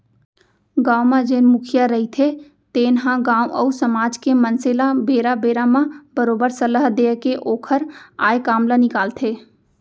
गाँव म जेन मुखिया रहिथे तेन ह गाँव अउ समाज के मनसे ल बेरा बेरा म बरोबर सलाह देय के ओखर आय काम ल निकालथे